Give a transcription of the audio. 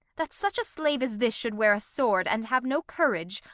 that such a slave as this shou'd wear a sword and have no courage?